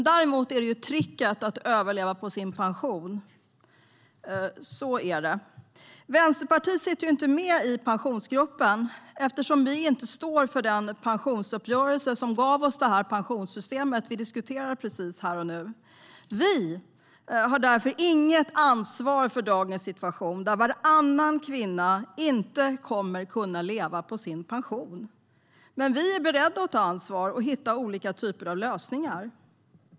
Däremot är tricket att överleva på sin pension. Vänsterpartiet sitter inte med i Pensionsgruppen, eftersom vi inte står för den pensionsuppgörelse som gav oss det pensionssystem vi diskuterar här och nu. Vi har därför inget ansvar för dagens situation där varannan kvinna inte kommer att kunna att leva på sin pension. Men vi är beredda att ta ansvar och hitta olika typer av lösningar.